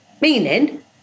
Meaning